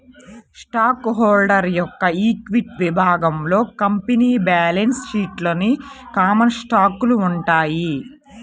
stock holder యొక్క equity విభాగంలో company balance షీట్లోని కామన్ స్టాకులు ఉంటాయి